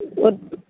ஒரு